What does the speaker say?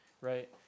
Right